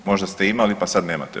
Možda ste imali, pa sad nemate.